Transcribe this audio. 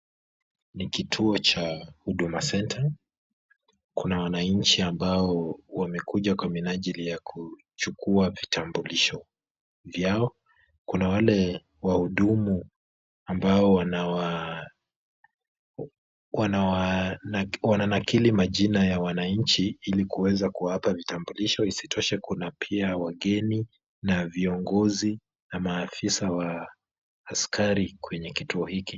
Ni kituo cha Huduma Centre kuna wananchi ambao wamekuja kwa minajili ya kuchukua vitambulisho vyao, kuna wale wahudumu ambao wananakili majina ya wananchi ili kuweza kuwapa vitambulisho, isitoshe kuna pia wageni na viongozi na maafisa wa askari kwenye kituo hiki.